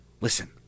Listen